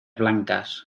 blancas